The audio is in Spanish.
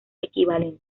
equivalente